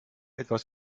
etwas